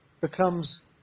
becomes